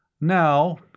Now